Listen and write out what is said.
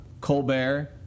Colbert